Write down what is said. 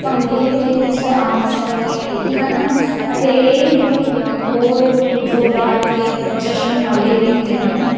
ਭੰਗੜੇ ਦੇ ਕੁਛ ਆਮ ਸਟੈਪ ਇਹ ਹੀ ਹਨ ਅਤੇ ਇਹ ਮਤਲਬ ਹੋਰ ਜ਼ੋਰਦਾਰ ਅਤੇ ਜਸ਼ਨ ਵਾਲੇ ਵੀ ਹੁੰਦੇ ਹਨ